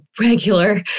regular